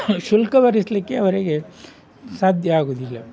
ಶುಲ್ಕ ಭರಿಸಲಿಕ್ಕೆ ಅವರಿಗೆ ಸಾಧ್ಯ ಆಗೋದಿಲ್ಲ